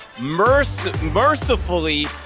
mercifully